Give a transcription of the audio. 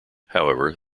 however